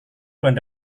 bulan